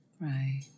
Right